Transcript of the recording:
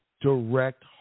Direct